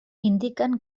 indiquen